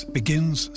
begins